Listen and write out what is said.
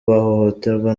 bahohoterwa